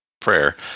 prayer